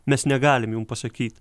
mes negalim jum pasakyt